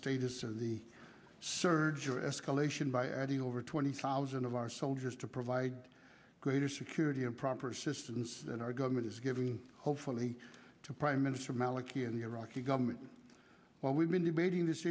status of the surge or escalation by adding over twenty thousand of our soldiers to provide greater security and proper assistance than our government is giving hopefully to prime minister maliki and the iraqi government while we've been debating this